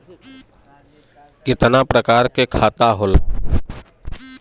कितना प्रकार के खाता होला?